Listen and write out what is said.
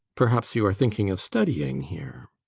perhaps you are thinking of studying here?